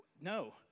No